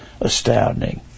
astounding